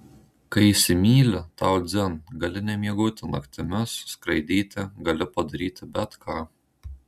kai įsimyli tau dzin gali nemiegoti naktimis skraidyti gali padaryti bet ką